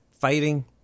fighting